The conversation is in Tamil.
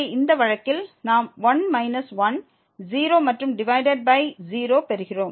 எனவே இந்த வழக்கில் நாம் 1 மைனஸ் 1 0 மற்றும் டிவைடட் பை 0ஐ பெறுகிறோம்